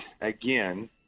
again